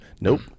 nope